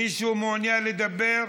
מישהו מעוניין לדבר?